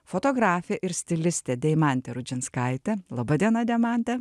fotografė ir stilistė deimantė rudžinskaitė laba diena deimante